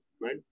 right